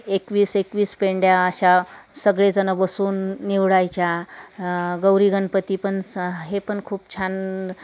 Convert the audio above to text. एकवीस एकवीस पेंड्या अशा सगळेजण बसून निवडायच्या गौरी गणपती पण स हे पण खूप छान